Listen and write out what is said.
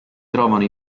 trovano